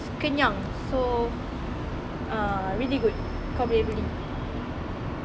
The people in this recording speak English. it's kenyang so ah really good kau boleh pergi